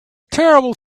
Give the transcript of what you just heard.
terrible